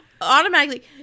Automatically